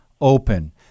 open